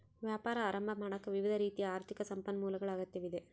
ವ್ಯಾಪಾರ ಆರಂಭ ಮಾಡಾಕ ವಿವಿಧ ರೀತಿಯ ಆರ್ಥಿಕ ಸಂಪನ್ಮೂಲಗಳ ಅಗತ್ಯವಿದೆ